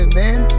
man